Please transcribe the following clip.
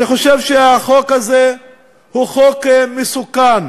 אני חושב שהחוק הזה הוא חוק מסוכן.